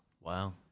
Wow